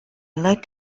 looked